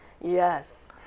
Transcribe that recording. Yes